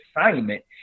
assignment